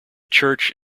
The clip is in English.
church